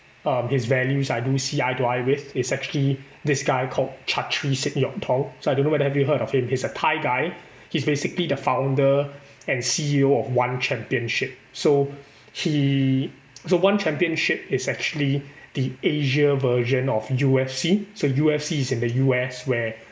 um his values I do see eye to eye with is actually this guy called chatri sityodtong so I don't know whether have you heard of him he's a thai guy he's basically the founder and C_E_O of one championship so he so one championship is actually the Asia version of U_F_C so U_F_C is in the U_S where